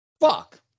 Fuck